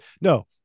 No